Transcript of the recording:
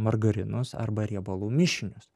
margarinus arba riebalų mišinius